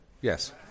yes